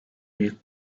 büyük